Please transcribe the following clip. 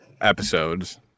episodes